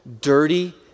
dirty